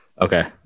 Okay